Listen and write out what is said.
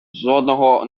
жодного